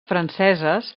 franceses